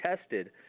tested